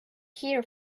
here